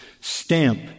stamp